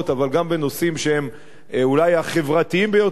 אבל גם בנושאים שהם אולי החברתיים ביותר,